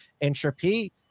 entropy